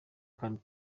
kandi